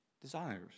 desires